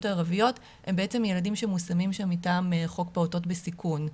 הערביות הם בעצם ילדים שמושמים שם מטעם חוק פעוטות בסיכון,